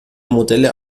modelle